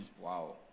Wow